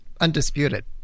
Undisputed